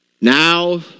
Now